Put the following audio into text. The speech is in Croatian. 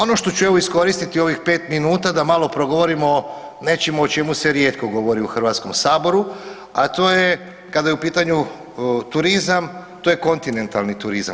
Ono što ću evo iskoristiti ovih 5 minuta da malo progovorimo o nečemu o čemu se rijetko govori u Hrvatskog saboru, a to je kada je u pitanju turizam to je kontinentalni turizam.